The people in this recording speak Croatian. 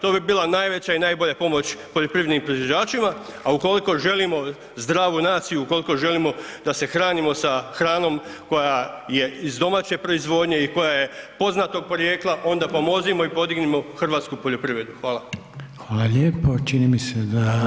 To bi bila najveća i najbolja pomoć poljoprivrednim proizvođačima, a ukoliko želimo zdravu naciju i ukoliko želimo da se hranimo sa hranom koja je iz domaće proizvodnje i koja je poznatog porijekla onda pomozimo i podignimo hrvatsku poljoprivredu.